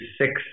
six